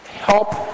help